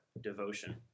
devotion